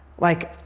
like,